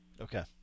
Okay